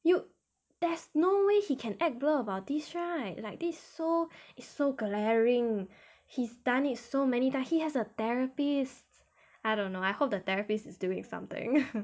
you there's no way he can act blur about this right like this so it's so glaring he's done it so many that he has a therapist I don't know I hope the therapist is doing something